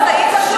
אל תיתן לי